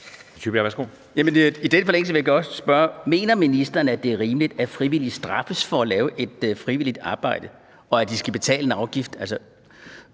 I forlængelse af det vil jeg godt spørge: Mener ministeren, at det er rimeligt, at frivillige straffes for at lave frivilligt arbejde, og at de skal betale en afgift?